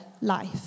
life